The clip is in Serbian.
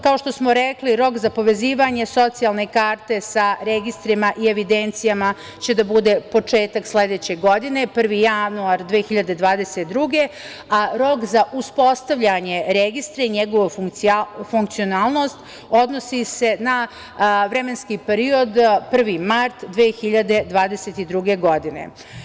Kao što smo rekli, rok za povezivanje socijalne karte sa registrima i evidencijama će da bude početak sledeće godine, 1. januar 2022. godine, a rok za uspostavljanje registra i njegovu funkcionalnost odnosi se na vremenski period 1. mart 2022. godine.